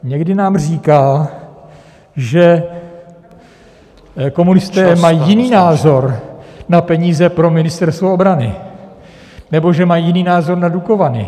Někdy nám říká, že komunisté... mají jiný názor na peníze pro Ministerstvo obrany nebo že mají jiný názor na Dukovany.